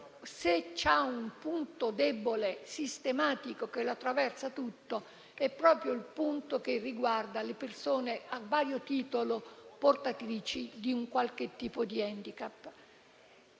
ha un punto debole sistematico che lo attraversa tutto, è proprio il punto che riguarda le persone a vario titolo portatrici di un qualche tipo di *handicap*.